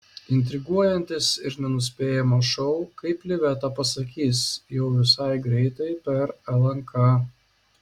intriguojantis ir nenuspėjamas šou kaip liveta pasakys jau visai greitai per lnk